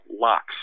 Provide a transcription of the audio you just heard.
Locks